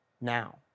now